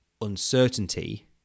uncertainty